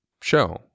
show